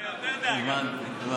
זה יותר דאגה.